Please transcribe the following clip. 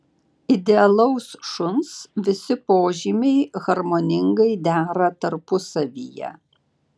idealaus šuns visi požymiai harmoningai dera tarpusavyje